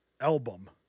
album